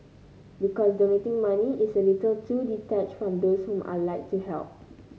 because donating money is a little too detached from those whom I'd like to help